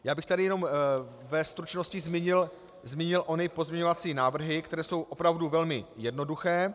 Já bych tady jenom ve stručnosti zmínil ony pozměňovací návrhy, které jsou opravdu velmi jednoduché.